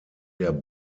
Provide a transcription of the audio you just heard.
der